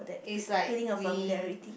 is like we